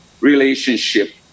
relationship